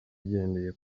ugendeye